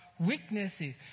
Weaknesses